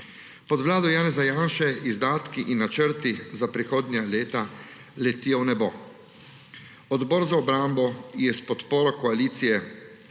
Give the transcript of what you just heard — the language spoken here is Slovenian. Pod vlado Janeza Janše izdatki in načrti za prihodnja leta letijo v nebo. Odbor za obrambo je s podporo koalicije